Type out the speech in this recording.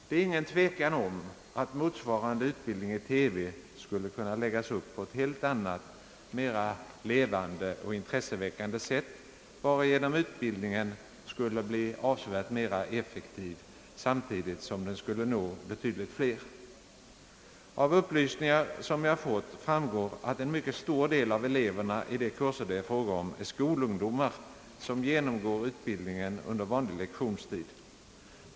Det är ingen tvekan om att motsvarande utbildning i TV skulle kunna läggas upp på ett helt annat, mera levande och intresseväckande sätt, varigenom utbildningen skulle bli avsevärt mera effektiv samtidigt som den skulle nå betydligt fler. Av upplysningar som jag fått framgår att en mycket stor del av eleverna i de kurser det är fråga om är skolungdomar, som genomgår utbildningen under vanlig lektionstid.